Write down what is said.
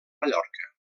mallorca